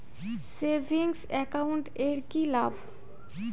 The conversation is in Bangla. সেভিংস একাউন্ট এর কি লাভ?